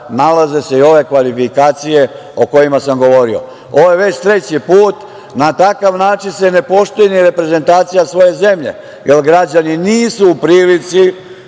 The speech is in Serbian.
nalaze se i ove kvalifikacije o kojima sam govorio. Ovo je već treći put. Na takav način se ne poštuje ni reprezentacija svoje zemlje, jer građani nisu u prilici